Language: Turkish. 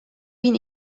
bin